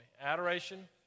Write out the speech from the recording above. Adoration